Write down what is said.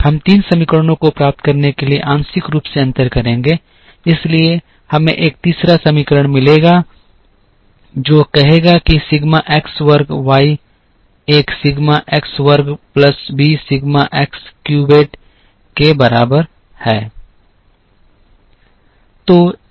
हम तीन समीकरणों को प्राप्त करने के लिए आंशिक रूप से अंतर करेंगे इसलिए हमें एक तीसरा समीकरण मिलेगा जो कहेगा कि सिग्मा x वर्ग y एक सिग्मा x वर्ग plus b sigma x cubed के बराबर है